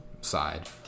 side